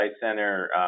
center